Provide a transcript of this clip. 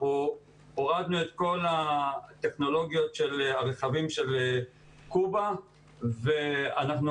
אנחנו הורדנו את כל הטכנולוגיות של הרכבים של קובה ואנחנו